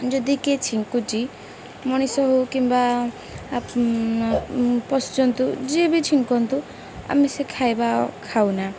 ଯଦି କିଏ ଛିଙ୍କୁୁଛି ମଣିଷ ହେଉ କିମ୍ବା ପଶୁଜନ୍ତୁ ଯିଏ ବି ଛିଙ୍କନ୍ତୁ ଆମେ ସେ ଖାଇବା ଖାଉନା